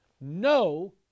No